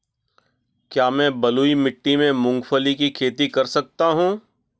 क्या मैं बलुई मिट्टी में मूंगफली की खेती कर सकता हूँ?